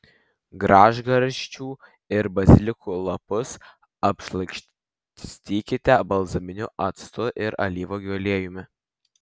gražgarsčių ir bazilikų lapus apšlakstykite balzaminiu actu ir alyvuogių aliejumi